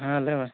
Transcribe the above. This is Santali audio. ᱦᱮᱸ ᱞᱟᱹᱭᱢᱮ